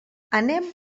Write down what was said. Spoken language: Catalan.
anem